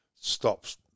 stops